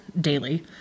daily